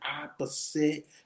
opposite